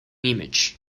image